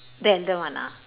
the elder one ah